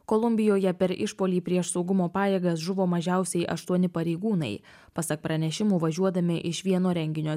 kolumbijoje per išpuolį prieš saugumo pajėgas žuvo mažiausiai aštuoni pareigūnai pasak pranešimų važiuodami iš vieno renginio